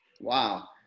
Wow